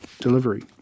delivery